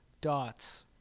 Dots